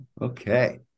Okay